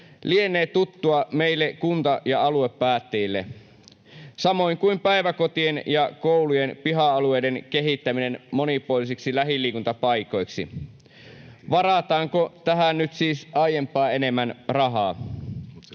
lienee tuttua meille kunta- ja aluepäättäjille, samoin kuin päiväkotien ja koulujen piha-alueiden kehittäminen monipuolisiksi lähiliikuntapaikoiksi. Varataanko tähän nyt siis aiempaa enemmän rahaa?